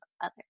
others